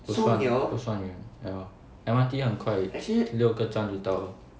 不算不算远 ya M_R_T 很快六个站就到了